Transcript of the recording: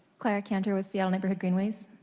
clara cantor with seattle neighborhood greenways.